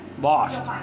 lost